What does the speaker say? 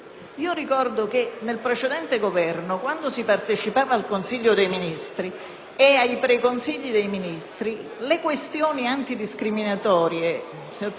ed ai preconsigli dei ministri, le questioni antidiscriminatorie - signora Presidente, lo ricordo a lei che faceva parte di quel Governo - venivano immediatamente valutate